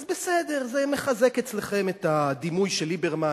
אז בסדר, זה מחזק אצלכם את הדימוי של ליברמן